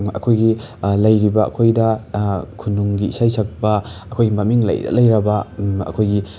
ꯑꯩꯈꯣꯏꯒꯤ ꯂꯩꯔꯤꯕ ꯑꯩꯈꯣꯏꯗ ꯈꯨꯅꯨꯡꯒꯤ ꯏꯁꯩ ꯁꯛꯄ ꯑꯩꯈꯣꯏꯒꯤ ꯃꯃꯤꯡ ꯂꯩꯔ ꯂꯩꯔꯕ ꯑꯩꯈꯣꯏꯒꯤ